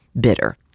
bitter